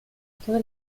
todo